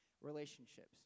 Relationships